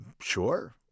Sure